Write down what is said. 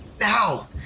now